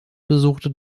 besuchte